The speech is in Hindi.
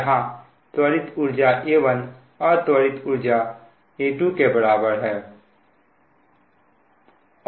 जहां त्वरित ऊर्जा A1 अत्वरित ऊर्जा A2 के बराबर है